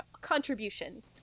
contribution